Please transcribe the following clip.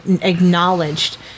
acknowledged